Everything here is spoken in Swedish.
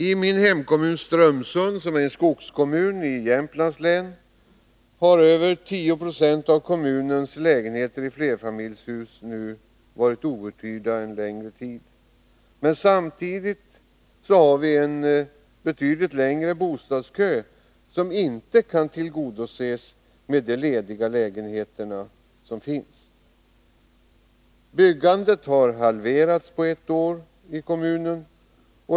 I min hemkommun Strömsund, som är en skogskommun i Jämtlands län, har över 10 926 av kommunens lägenheter i flerfamiljshus varit outhyrda under en längre tid. Samtidigt har vi en betydande bostadskö, som inte kan klaras med hjälp av de lediga lägenheterna. Byggandet i kommunen har halverats på ett år.